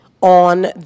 on